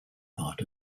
part